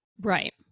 right